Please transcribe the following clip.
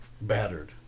battered